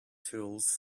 tools